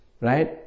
right